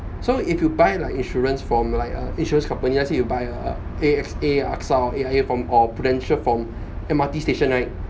so if you buy like insurance from like a insurance company let's say you buy a A_X_A AXA A_I_A from or Prudential from M_R_T station right